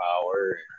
power